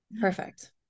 Perfect